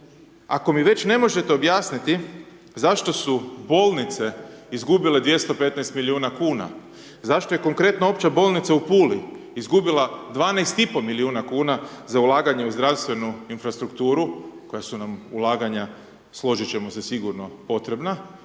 ako mi već ne možete objasniti zašto su bolnice izgubile 215 milijuna kuna, zašto je konkretno opća bolnica u Puli izgubila 12,5 milijuna kuna za ulaganje u zdravstvenu infrastruktura koja su nam ulaganja, složiti ćemo sigurno, potrebna,